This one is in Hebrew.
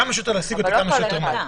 להשיג אותי כמה שיותר מהר.